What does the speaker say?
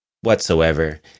whatsoever